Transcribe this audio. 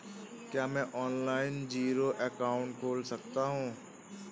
क्या मैं online zero account खोल सकता हूँ?